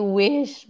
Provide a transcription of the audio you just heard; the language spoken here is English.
wish